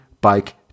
bike